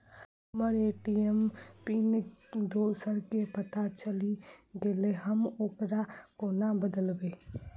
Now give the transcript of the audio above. हम्मर ATM PIN दोसर केँ पत्ता चलि गेलै, हम ओकरा कोना बदलबै?